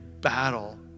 battle